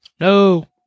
No